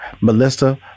Melissa